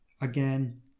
Again